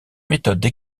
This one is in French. méthodes